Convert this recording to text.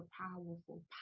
powerful